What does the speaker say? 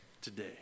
today